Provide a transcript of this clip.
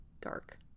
dark